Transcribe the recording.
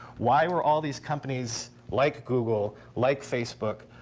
why were all these companies like google, like facebook,